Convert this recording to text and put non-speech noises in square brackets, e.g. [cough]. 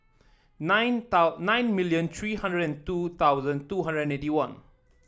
nine [unintelligible] nine million three hundred and two thousand two hundred and eighty one